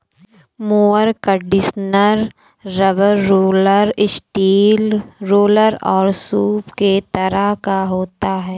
mower conditioner rubber roller, steel roller और सूप के तरह का होता है